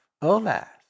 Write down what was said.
alas